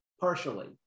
partially